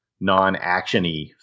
non-action-y